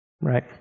Right